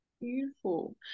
Beautiful